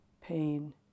pain